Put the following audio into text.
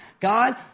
God